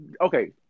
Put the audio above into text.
Okay